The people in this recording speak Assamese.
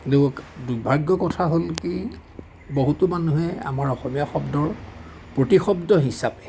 কিন্তু দুৰ্ভাগ্য কথাটো হ'ল কি বহুতো মানুহে আমাৰ অসমীয়া শব্দৰ প্ৰতিশব্দ হিচাপে